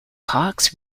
cox